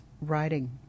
writing